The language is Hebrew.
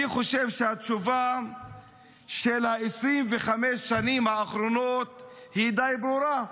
אני חושב שהתשובה של 25 השנים האחרונות היא די ברורה.